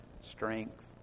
Strength